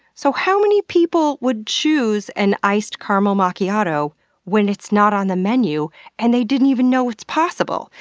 so how many people would choose an iced caramel macchiato when it's not on the menu and they didn't even know it's possible?